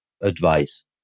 advice